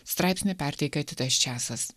straipsnį perteikia titas časas